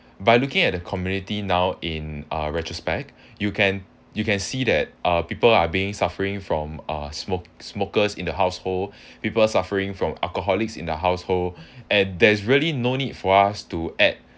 by looking at the community now in uh retrospect you can you can see that uh people are being suffering from uh smoke smokers in the household people suffering from alcoholics in the household and there's really no need for us to add